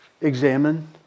examine